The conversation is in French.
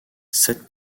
sept